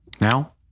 Now